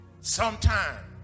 Sometime